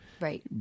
Right